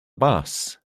bus